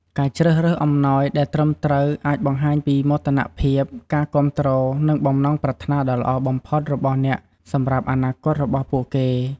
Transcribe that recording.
ការជ្រើសរើសអំណោយដែលត្រឹមត្រូវអាចបង្ហាញពីមោទនភាព ការគាំទ្រ និងបំណងប្រាថ្នាដ៏ល្អបំផុតរបស់អ្នកសម្រាប់អនាគតរបស់ពួកគេ។